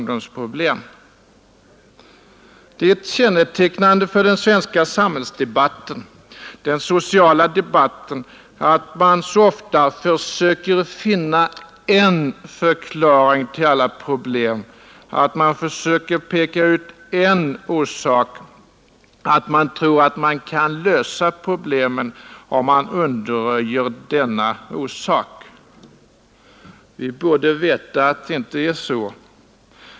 Det är kännetecknande för den svenska sociala debatten att man så ofta försöker finna en förklaring till alla problem, att man försöker peka ut en orsak, att man tror att man kan lösa problemen om man undanröjer denna orsak. Vi borde veta att det inte är så.